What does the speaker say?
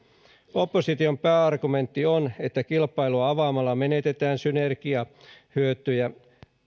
opposition pääargumentti on että kilpailua avaamalla menetetään synergiahyötyjä